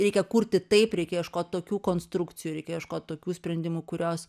reikia kurti taip reikia ieškot tokių konstrukcijų reikia ieškot tokių sprendimų kurios